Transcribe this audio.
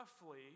roughly